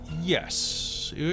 Yes